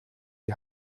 die